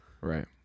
Right